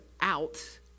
out